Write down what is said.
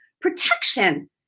protection